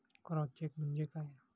Cross check म्हणजे काय?